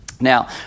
Now